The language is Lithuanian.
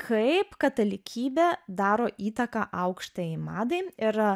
kaip katalikybė daro įtaką aukštajai madai ir